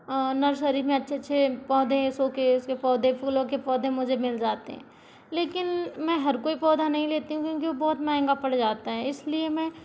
और नर्सरी में अच्छे अच्छे पौधे शोकेस के पौधे फूलों के पौधे मुझे मिल जाते है लेकिन मैं हर कोई पौधा नही लेती हूँ क्योंकि वो बहुत महंगा पड़ जाता है इसलिए मैं